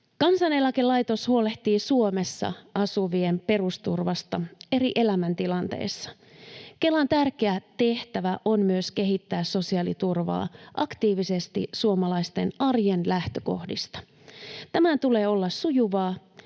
Kansaneläkelaitos huolehtii Suomessa asuvien perusturvasta eri elämäntilanteissa. Kelan tärkeä tehtävä on myös kehittää sosiaaliturvaa aktiivisesti suomalaisten arjen lähtökohdista. Tämän tulee olla sujuvaa